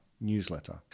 newsletter